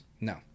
no